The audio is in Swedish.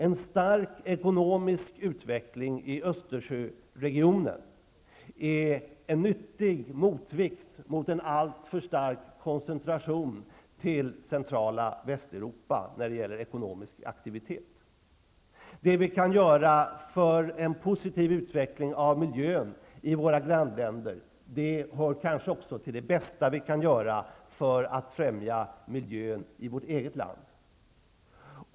En stark ekonomisk utveckling i Östersjöregionen är en nyttig motvikt mot en alltför stark koncentration till centrala Västeuropa när det gäller ekonomisk aktivitet. Det vi kan göra för en positiv utveckling av miljön i våra grannländer hör kanske också till det bästa vi kan göra för att främja miljön i vårt eget land.